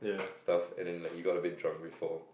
stuff it didn't like you got a bit drunk before